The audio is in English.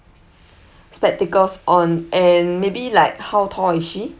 spectacles on and maybe like how tall is she